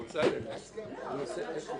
הישיבה.